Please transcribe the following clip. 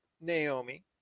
Naomi